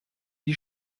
die